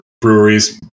breweries